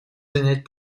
занять